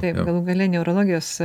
taip galų gale neurologijos